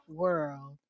world